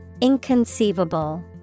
inconceivable